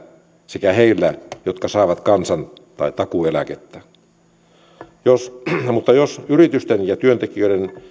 sekä heillä jotka saavat kansan tai takuueläkettä mutta jos yritysten ja työntekijöiden